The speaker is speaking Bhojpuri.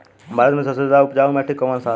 भारत मे सबसे ज्यादा उपजाऊ माटी कउन सा ह?